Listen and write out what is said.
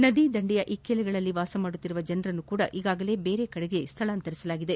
ನದಿ ದಂಡೆಯ ಇಕ್ಷೆಲಗಳಲ್ಲಿ ವಾಸಿಸುತ್ತಿರುವ ಜನರನ್ನೂ ಕೂಡ ಈಗಾಗಲೇ ಬೇರೆ ಕಡೆಗೆ ಸ್ವಳಾಂತರಿಸಲಾಗಿದೆ